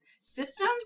system